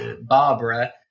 Barbara